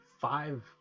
five